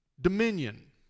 dominion